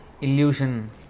illusion